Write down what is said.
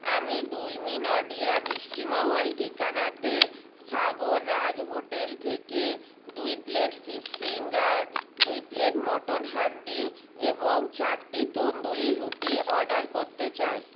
আমি দুলমি নডিহা মিষ্টিমহল ঠিকানাতে সাগররাজ হোটেল থেকে দুই প্লেট ফিশ ফিঙ্গার দুই প্লেট মটন হান্ডি এবং চারটি তন্দুরি রুটি অর্ডার করতে চাই